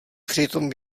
přitom